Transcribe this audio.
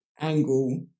angle